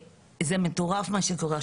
מטורף מה שקורה.